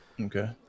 Okay